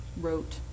wrote